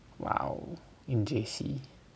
!wow! in J_C